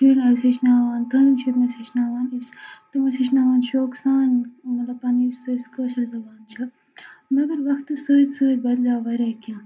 شُرۍ ٲسۍ ہیٚچھناوان تٔہٕنٛدۍ شُرۍ ٲسۍ ہیٚچھناوان أسۍ تِم ٲسۍ ہیٚچھناوان شوقہٕ سان مطلب پَنٕنۍ یُس سٲسۍ کٲشِر زَبان چھِ مگر وَقتہٕ سۭتۍ سۭتۍ بَدلیو واریاہ کیٚنٛہہ